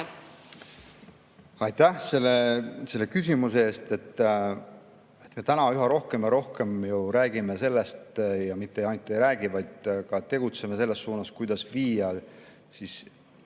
Aitäh selle küsimuse eest! Me üha rohkem ja rohkem räägime sellest ja mitte ainult ei räägi, vaid ka tegutseme selles suunas, kuidas viia